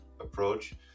approach